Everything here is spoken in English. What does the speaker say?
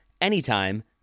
anytime